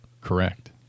Correct